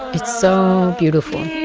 it's so beautiful